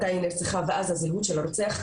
מתי היא נרצחה ואז הזהות של הרוצח,